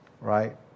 right